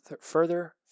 further